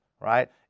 right